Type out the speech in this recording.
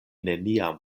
neniam